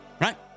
Right